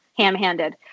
ham-handed